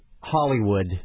Hollywood